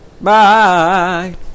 Bye